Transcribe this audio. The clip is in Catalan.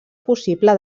possible